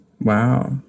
Wow